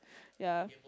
yeah